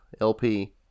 LP